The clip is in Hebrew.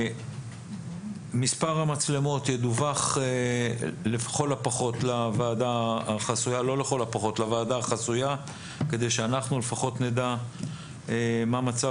מספר המצלמות ידווח לוועדה החסויה כדי שאנחנו לפחות נדע מה מצב